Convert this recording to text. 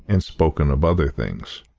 and spoken of other things.